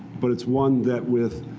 but it's one that with